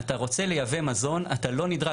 אתה רוצה לייבא מזון, אתה לא נדרש.